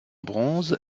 bronze